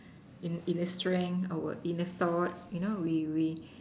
inner strength our inner thought you know we we